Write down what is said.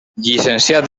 llicenciat